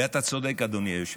ואתה צודק, אדוני היושב-ראש,